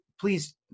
please